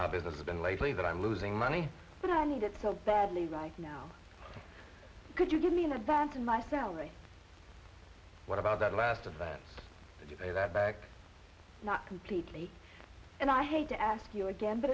how business has been lately that i'm losing money but i need it so badly right now could you give me an advance of my cellmates what about that last of that that back not completely and i hate to ask you again but